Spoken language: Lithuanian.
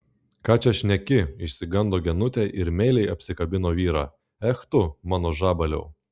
ką čia šneki išsigando genutė ir meiliai apsikabino vyrą ech tu mano žabaliau